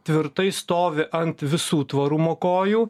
tvirtai stovi ant visų tvarumo kojų